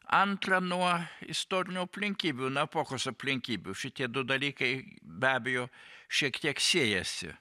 antra nuo istorinių aplinkybių nuo epochos aplinkybių šitie du dalykai be abejo šiek tiek siejasi